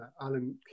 Alan